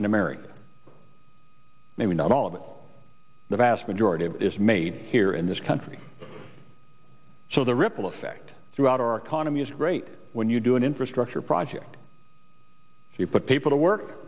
in america maybe not all of it the vast majority of it is made here in this country so the ripple effect throughout our economy is great when you do an infrastructure project you put people to work